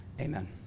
Amen